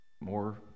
More